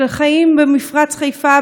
של חיים במפרץ חיפה,